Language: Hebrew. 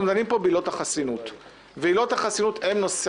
אני לא אומר ליועץ המשפטי מה לענות,